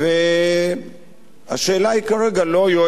השאלה כרגע היא לא יואל חסון,